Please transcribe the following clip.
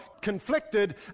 conflicted